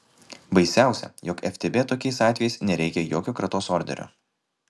baisiausia jog ftb tokiais atvejais nereikia jokio kratos orderio